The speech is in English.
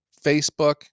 Facebook